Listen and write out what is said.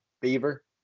beaver